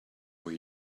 way